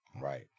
right